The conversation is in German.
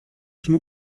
von